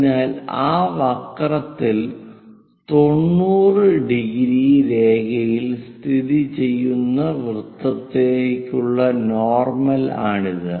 അതിനാൽ ആ വക്രത്തിൽ 90° രേഖയിൽ സ്ഥിതിചെയ്യുന്ന വൃത്തത്തിലേക്കുള്ള നോർമൽ ആണിത്